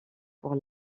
pour